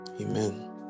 Amen